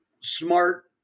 smart